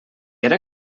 era